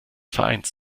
vereins